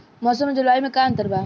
मौसम और जलवायु में का अंतर बा?